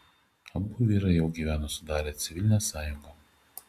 abu vyrai jau gyveno sudarę civilinę sąjungą